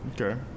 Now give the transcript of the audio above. Okay